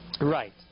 right